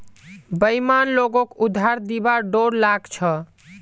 बेईमान लोगक उधार दिबार डोर लाग छ